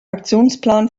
aktionsplan